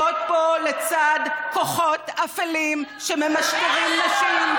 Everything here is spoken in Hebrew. אתן מתייצבות פה לצד כוחות אפלים שממשטרים נשים,